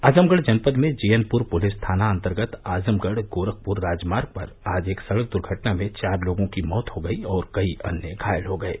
आजमगढ़ जनपद में जीयनपुर पुलिस थाना अन्तर्गत आजमगढ़ गोरखपुर राजमार्ग पर आज एक सड़क दुर्घटना में चार लोगों की मौत हो गई और कई अन्य घायल हो गये